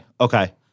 Okay